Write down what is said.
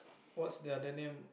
what's the other name